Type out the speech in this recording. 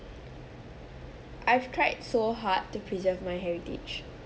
I've tried so hard to preserve my heritage